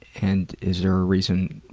and is there a reason?